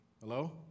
Hello